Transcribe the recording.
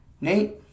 Nate